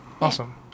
awesome